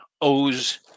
O's